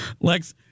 Lex